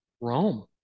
Rome